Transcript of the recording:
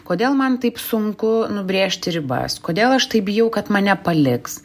kodėl man taip sunku nubrėžti ribas kodėl aš taip bijau kad mane paliks